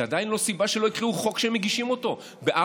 זה עדיין לא סיבה שלא יקראו חוק שהם מגישים אותו ב-04:00,